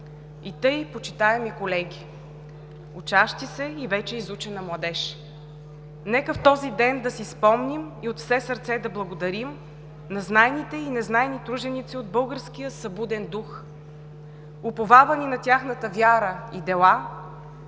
„И тъй, почитаеми колеги, учащи се и вече изучена младеж! Нека в този ден да си спомним и от все сърце да благодарим на знайните и незнайни труженици от българския събуден дух. Уповавани на тяхната вяра и дела,